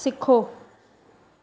सिखो